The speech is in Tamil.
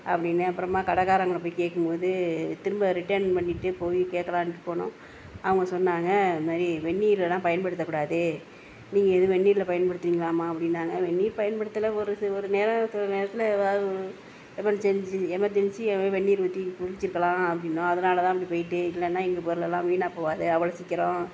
அப்படின்னு அப்புறமா கடைக்காரங்கள போய் கேட்கும் போது திரும்ப ரிட்டர்ன் பண்ணிட்டு போய் கேட்கலான்ட்டு போனோம் அவங்க சொன்னாங்க இது மாதிரி வெந்நீர்லலாம் பயன்படுத்த கூடாது நீங்கள் எதுவும் வெந்நீரில் பயன்படுத்துனிங்களாமா அப்படின்னாங்க வெந்நீர் பயன்படுத்தல ஒரு சு ஒரு நேரம் சில நேரத்துல எமெர்ஜென்சி எமெர்ஜென்சி அது மாதிரி வெந்நீர் ஊற்றி குளிச்சிருக்கலாம் அப்படின்னோம் அதனால தான் அப்படி போய்ட்டுது இல்லைனா எங்கள் பொருளலாம் வீணாக போகாது அவ்வளோ சீக்கரம்